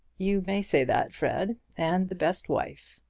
you may say that, fred and the best wife.